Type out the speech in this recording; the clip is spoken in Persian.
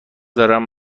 دارم